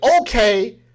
okay